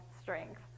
strength